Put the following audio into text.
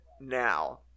now